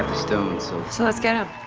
stones, so so let's get em.